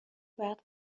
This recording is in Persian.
باید